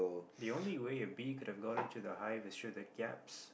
the only way a bee could have gotten to the hive make sure the gaps